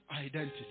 identity